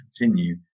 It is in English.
continue